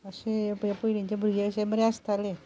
अशे हे पयलींचे भुरगे अशे बरे आसताले